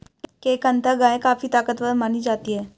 केंकथा गाय काफी ताकतवर मानी जाती है